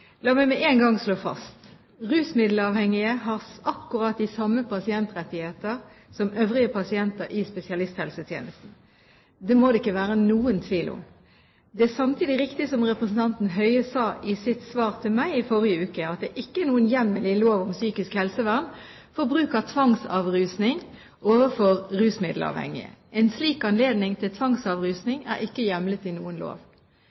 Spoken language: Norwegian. La meg med en gang slå fast at rusmiddelavhengige har akkurat de samme pasientrettigheter som øvrige pasienter i spesialisthelsetjenesten. Det må det ikke være noen tvil om. Det er samtidig riktig, som representanten Høie sa i sitt svar til meg i forrige uke, at det ikke er noen hjemmel i lov om psykisk helsevern for bruk av tvangsavrusning overfor rusmiddelavhengige. En slik anledning til tvangsavrusning er ikke hjemlet i noen lov.